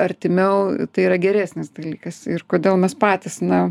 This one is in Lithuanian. artimiau tai yra geresnis dalykas ir kodėl mes patys na